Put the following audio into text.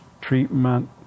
treatment